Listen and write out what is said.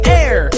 air